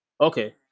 Okay